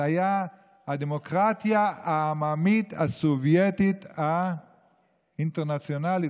זה היה "הדמוקרטיה העממית הסובייטית האינטרנציונלית",